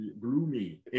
gloomy